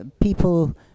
people